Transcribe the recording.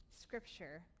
scripture